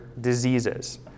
diseases